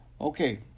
Okay